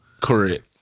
Correct